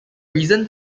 reason